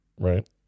Right